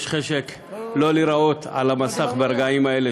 יש חשק שלא להיראות על המסך ברגעים האלה,